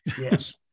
yes